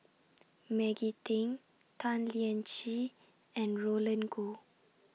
Maggie Teng Tan Lian Chye and Roland Goh